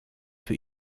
für